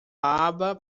aba